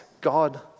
God